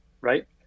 right